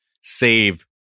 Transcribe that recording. save